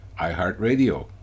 iHeartRadio